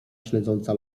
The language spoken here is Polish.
śledząca